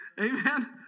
Amen